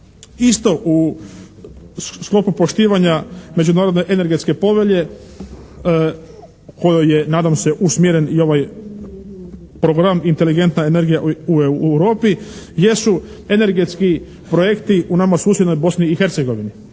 isto u sklopu poštivanja Međunarodne energetske povelje kojoj je nadam se usmjeren i ovaj program «Inteligentna energija u Europi» jesu energetski projekti u nama susjednoj Bosni i Hercegovini